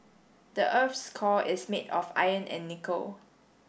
the earth's core is made of iron and nickel